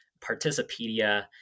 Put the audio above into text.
Participedia